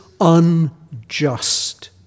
unjust